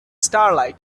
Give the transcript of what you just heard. starlight